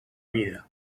vida